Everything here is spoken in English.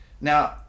now